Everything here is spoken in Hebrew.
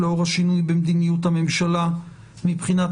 לאור השינוי במדיניות הממשלה מבחינת